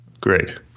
Great